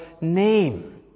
name